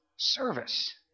service